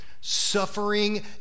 suffering